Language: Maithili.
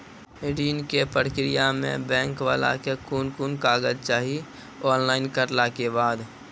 ऋण के प्रक्रिया मे बैंक वाला के कुन कुन कागज चाही, ऑनलाइन करला के बाद?